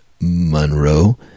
Monroe